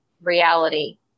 reality